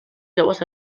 joves